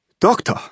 Doctor